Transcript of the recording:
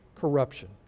corruption